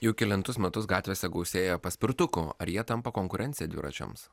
jau kelintus metus gatvėse gausėja paspirtukų ar jie tampa konkurencija dviračiams